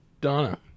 Donna